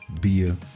beer